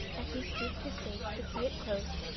as he stooped his face to see it close,